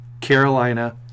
Carolina